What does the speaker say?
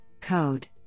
code